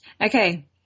Okay